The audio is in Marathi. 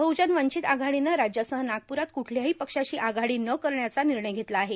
बहुजन वंचित आघाडीनं राज्यासह नागपुरात कुठल्याही पक्षाशी आघाडी न करण्याचा निर्णय घेतला आहे